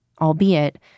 albeit